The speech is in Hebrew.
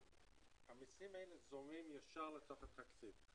המסים האלה זורמים ישר לתוך התקציב.